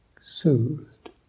soothed